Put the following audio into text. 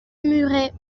muret